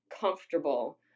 comfortable